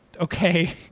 Okay